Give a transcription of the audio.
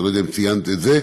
אני לא יודע אם ציינת את זה.